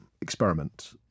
experiment